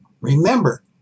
remember